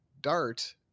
Dart